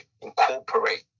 incorporate